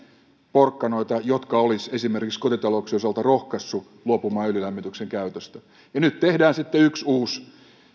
porkkanoita jotka olisivat esimerkiksi kotitalouksien osalta rohkaisseet luopumaan öljylämmityksen käytöstä nyt tehdään sitten yksi uusi